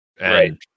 Right